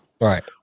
Right